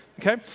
Okay